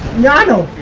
not too